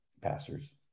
pastors